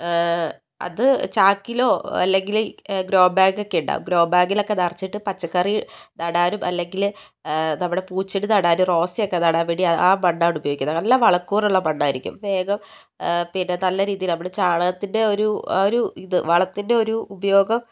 അത് ചാക്കിലോ അല്ലെങ്കിൽ ഗ്രോ ബേഗൊക്കെയുണ്ടാകും ഗ്രോ ബേഗിലൊക്കെ നിറച്ചിട്ട് പച്ചക്കറി നടാനും അല്ലെങ്കിൽ നമ്മുടെ പൂച്ചെടി നടാനും റോസൊക്കെ നടാൻ വേണ്ടി ആ മണ്ണാണ് ഉപയോഗിക്കുന്നത് നല്ല വളക്കൂറുള്ള മണ്ണായിരിക്കും വേഗം പിന്നെ നല്ല രീതിയിൽ നമ്മൾ ചാണകത്തിൻ്റെ ഒരു ഒരു ഇത് വളത്തിൻ്റെ ഒരു ഉപയോഗം